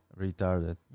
retarded